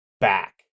back